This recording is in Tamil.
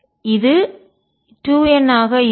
எனவே இது 2 n ஆக இருக்கும்